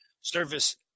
service